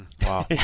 Wow